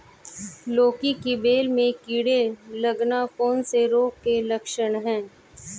लौकी की बेल में कीड़े लगना कौन से रोग के लक्षण हैं?